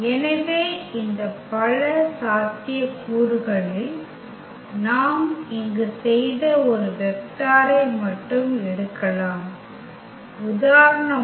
எனவே இந்த பல சாத்தியக்கூறுகளில் நாம் இங்கு செய்த ஒரு வெக்டாரை மட்டும் எடுக்கலாம் உதாரணமாக